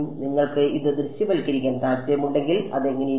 നിങ്ങൾക്ക് ഇത് ദൃശ്യവൽക്കരിക്കാൻ താൽപ്പര്യമുണ്ടെങ്കിൽ അത് എങ്ങനെയിരിക്കും